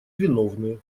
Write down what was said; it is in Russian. виновные